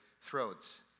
throats